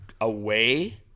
away